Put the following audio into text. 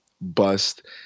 bust